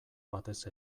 batez